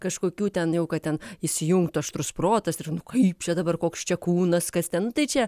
kažkokių ten jau kad ten įsijungtų aštrus protas ir nu kaip čia dabar koks čia kūnas kas ten nu tai čia